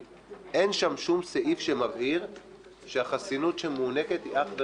אני חושב שלא סביר ונכון שלכנסת לא תהיה את האפשרות